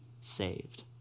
saved